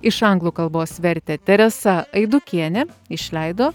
iš anglų kalbos vertė teresa aidukienė išleido